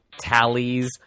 tallies